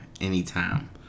anytime